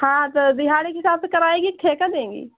हाँ तो दिहाड़ी के हिसाब से कराएँगी कि ठेका देंगी